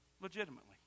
Legitimately